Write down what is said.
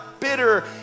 Bitter